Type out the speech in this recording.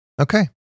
Okay